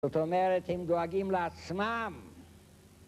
זאת אומרת, הם דואגים לעצמם!